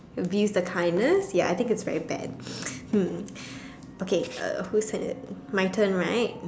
you abuse the kindness ya I think it's very bad mm okay uh whose turn is it my turn right